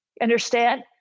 Understand